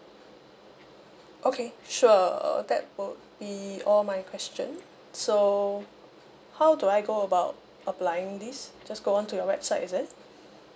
okay sure uh that will be all my question so how do I go about applying this just go on to your website is it